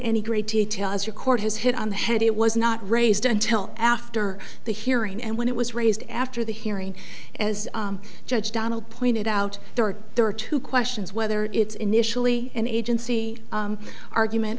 any great detail as your court has hit on the head it was not raised until after the hearing and when it was raised after the hearing as judge donald pointed out there are there are two questions whether it's initially an agency argument